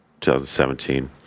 2017